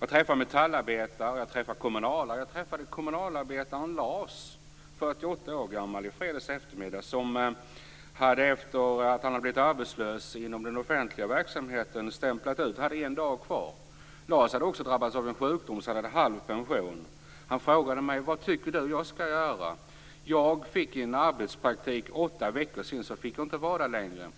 Jag träffar metallarbetare och jag träffar kommunalare. Jag träffade kommunalarbetaren Lars, 48 år gammal, i fredags eftermiddag. Efter att han hade blivit arbetslös i den offentliga verksamheten hade han stämplat ut. Han hade en dag kvar. Lars hade också drabbats av en sjukdom, så han hade halv pension. Han frågade mig: Vad tycker du att jag skall göra? Jag fick en arbetspraktik på åtta veckor. Sedan fick jag inte vara där längre.